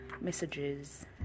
messages